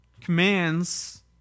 commands